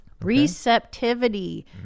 Receptivity